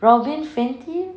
robyn fenty